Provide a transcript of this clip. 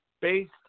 based